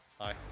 Hi